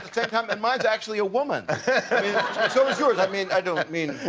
um and mine's actually a woman so's yours, i mean i don't mean,